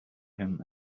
him